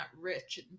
rich